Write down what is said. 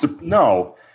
No